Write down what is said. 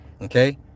Okay